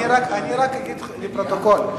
אני רק אגיד לפרוטוקול,